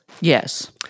Yes